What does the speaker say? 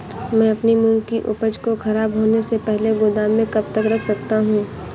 मैं अपनी मूंग की उपज को ख़राब होने से पहले गोदाम में कब तक रख सकता हूँ?